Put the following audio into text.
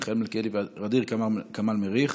מיכאל מלכיאלי וע'דיר כמאל מריח.